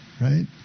right